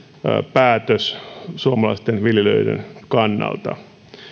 päätös suomalaisten viljelijöiden kannalta